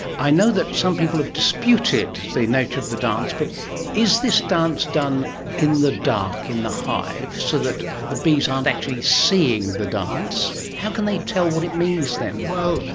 i know that some people have disputed the nature of the dance, but is this dance done in the dark in the hive so that the bees aren't actually seeing the dance? how can they tell what it means then? well,